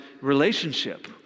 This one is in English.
relationship